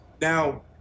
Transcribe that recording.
Now